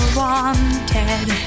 wanted